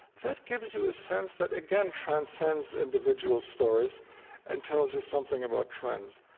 that gives you a sense that, again, transcends individual stories and tells you something about trends.